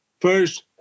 first